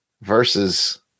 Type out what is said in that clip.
versus